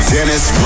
Dennis